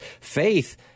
faith